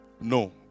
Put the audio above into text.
No